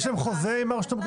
יש להם חוזה עם הרשתות.